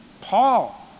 Paul